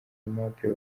aimable